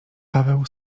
paweł